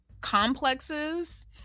complexes